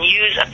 use